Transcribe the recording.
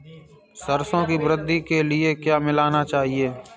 सरसों की वृद्धि के लिए क्या मिलाना चाहिए?